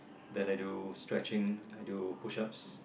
then I do stretching I do push ups